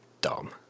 dumb